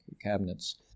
cabinets